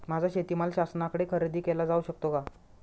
माझा शेतीमाल शासनाकडे खरेदी केला जाऊ शकतो का?